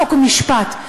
חוק ומשפט,